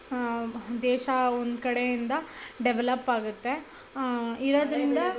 ದೇಶ ಒಂದು ಕಡೆಯಿಂದ ಡೆವ್ಲಪ್ ಆಗುತ್ತೆ ಇರೋದ್ರಿಂದ